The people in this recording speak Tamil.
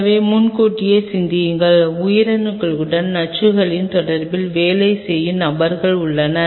எனவே முன்கூட்டியே சிந்தியுங்கள் உயிரணுக்களுடன் நச்சுகளின் தொடர்பில் வேலை செய்யும் நபர்கள் உள்ளனர்